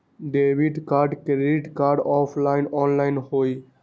Debit card credit card offline online होई?